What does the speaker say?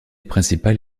principale